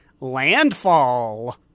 Landfall